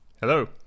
Hello